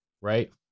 Right